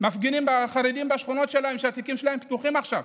מפגינים חרדים בשכונות שלהם שהתיקים שלהם פתוחים עכשיו.